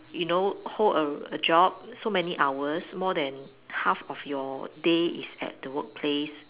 you know hold a a job so many hours more than half of your day is at the workplace